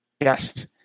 Yes